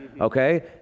okay